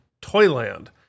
Toyland